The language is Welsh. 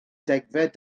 degfed